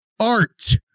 Art